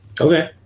Okay